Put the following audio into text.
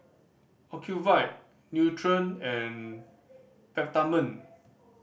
Ocuvite Nutren and Peptamen